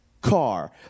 car